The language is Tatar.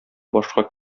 башка